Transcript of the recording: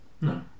no